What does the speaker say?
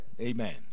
Amen